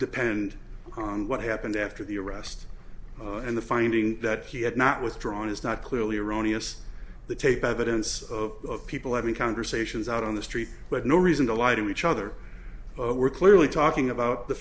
depend upon what happened after the arrest and the finding that he had not withdrawn is not clearly erroneous the tape by the dense of people having conversations out on the street but no reason to lie to each other we're clearly talking about the